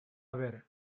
ver